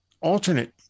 alternate